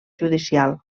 judicial